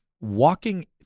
walking